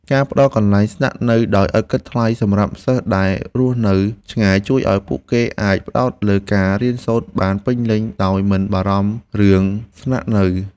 ការផ្តល់កន្លែងស្នាក់នៅដោយឥតគិតថ្លៃសម្រាប់សិស្សដែលរស់នៅឆ្ងាយជួយឱ្យពួកគេអាចផ្តោតលើការរៀនសូត្របានពេញលេញដោយមិនបារម្ភពីរឿងស្នាក់នៅ។